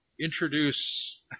introduce